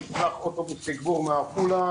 נשלח אוטובוס תגבור מעפולה,